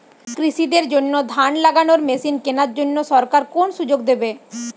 কৃষি দের জন্য ধান লাগানোর মেশিন কেনার জন্য সরকার কোন সুযোগ দেবে?